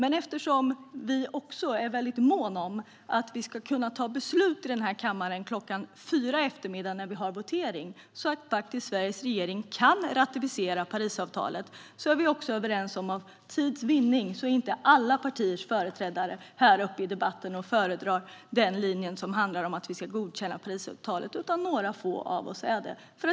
Eftersom vi också är väldigt måna om att kunna fatta beslut vid voteringen klockan fyra i eftermiddag så att Sveriges regering faktiskt kan ratificera Parisavtalet är vi för tids vinnande också överens om att alla partiföreträdare inte deltar i debatten för att föredra linjen om att godkänna Parisavtalet utan endast några få av oss.